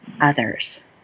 others